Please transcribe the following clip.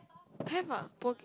have ah poke~